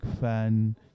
fan